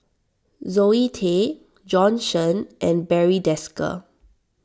Zoe Tay Bjorn Shen and Barry Desker